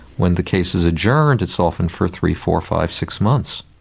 when the case is adjourned it's often for three, four, five, six months.